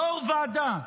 יו"ר ועדה,